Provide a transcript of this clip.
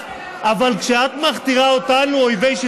דבר על רז נזרי, על מנדלבליט.